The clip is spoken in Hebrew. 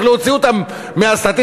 איך להוציא אותם מהסטטיסטיקה.